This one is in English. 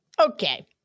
Okay